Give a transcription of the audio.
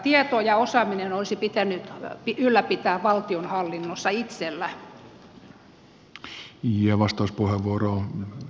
tieto ja osaaminen olisi pitänyt ylläpitää valtionhallinnossa itsellä